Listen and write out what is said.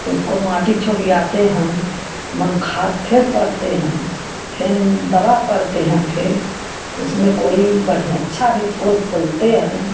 तो उसको माटी छोबयाते हैं मर खाद फिर पड़ते हैं फिर दवा पड़ते हैं फेर उसमें कोई बढ़िया अच्छा भी फूल फूलते हैं